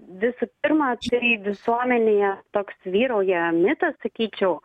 visų pirma tai visuomenėje toks vyrauja mitas sakyčiau